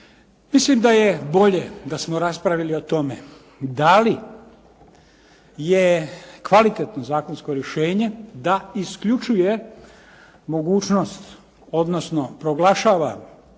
Mislim da je bolje da smo raspravili o tome da li je kvalitetno zakonsko rješenje da isključuje mogućnost, odnosno proglašava